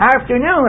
Afternoon